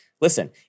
listen